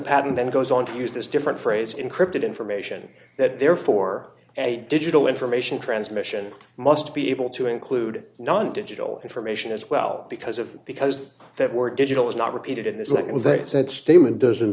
then goes on to use this different phrase encrypted information that therefore a digital information transmission must be able to include non digital information as well because of because that word digital is not repeated